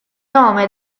nome